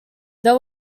there